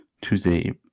Tuesday